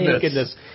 goodness